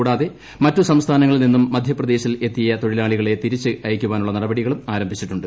കൂടാതെ മറ്റ് സ്റ്സ്ഥാനങ്ങളിൽ നിന്നും മധ്യപ്രദേശിൽ എത്തിയ തൊഴിലാളിക്ക്ളെ തിരിച്ചയക്കാനുള്ള നടപടികളും ആരംഭിച്ചിട്ടുണ്ട്